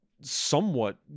somewhat